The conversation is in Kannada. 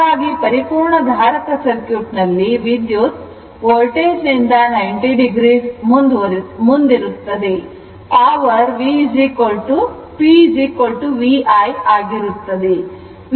ಹಾಗಾಗಿ ಪರಿಪೂರ್ಣ ಧಾರಕ ಸರ್ಕ್ಯೂಟ್ ನಲ್ಲಿ ವಿದ್ಯುತ್ ವೋಲ್ಟೇಜ್ ನಿಂದ 90 o ಮುಂದಿರುತ್ತದೆ ಪವರ್ p v i ಆಗಿರುತ್ತದೆ